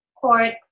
court